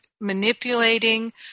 manipulating